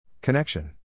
Connection